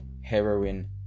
heroin